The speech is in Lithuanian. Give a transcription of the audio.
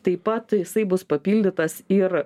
taip pat jisai bus papildytas ir